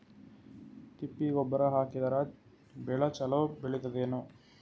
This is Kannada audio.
ತಿಪ್ಪಿ ಗೊಬ್ಬರ ಹಾಕಿದರ ಬೆಳ ಚಲೋ ಬೆಳಿತದೇನು?